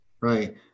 Right